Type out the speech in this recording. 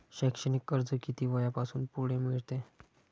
शैक्षणिक कर्ज किती वयापासून पुढे मिळते?